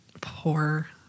poor